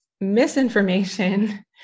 misinformation